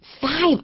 Five